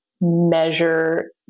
measure